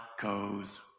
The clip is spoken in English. goes